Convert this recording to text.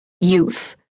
Youth